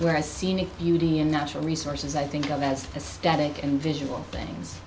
whereas scenic beauty and natural resources i think of as a static and visual things